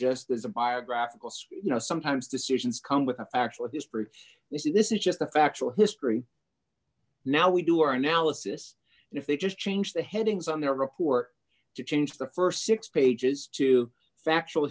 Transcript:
just as a biographical so you know sometimes decisions come with an actual proof this is just the factual history now we do our analysis and if they just change the headings on their report to change the st six pages to factual